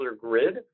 grid